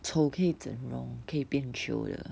丑可以整容可以变 chio 的